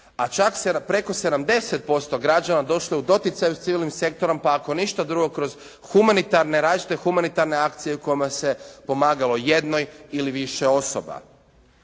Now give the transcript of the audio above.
a čak preko 70% građana došlo je do u doticaju s civilnim sektorom pa ako ništa drugo kroz različite humanitarne akcije kojima se pomagalo jednoj ili više osoba.